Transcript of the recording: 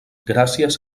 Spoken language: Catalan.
gràcies